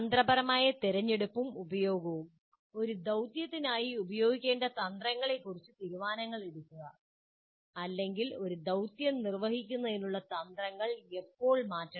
തന്ത്രപരമായ തിരഞ്ഞെടുപ്പും ഉപയോഗവും ഒരു ദൌതൃത്തിനായി ഉപയോഗിക്കേണ്ട തന്ത്രങ്ങളെക്കുറിച്ച് തീരുമാനങ്ങൾ എടുക്കുക അല്ലെങ്കിൽ ഒരു ദൌതൃം നിർവഹിക്കുന്നതിനുള്ള തന്ത്രങ്ങൾ എപ്പോൾ മാറ്റണം